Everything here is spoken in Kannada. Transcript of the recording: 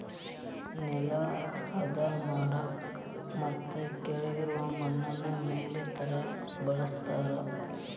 ನೆಲಾ ಹದಾ ಮಾಡಾಕ ಮತ್ತ ಕೆಳಗಿರು ಮಣ್ಣನ್ನ ಮ್ಯಾಲ ತರಾಕ ಬಳಸ್ತಾರ